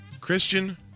Christian